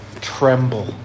tremble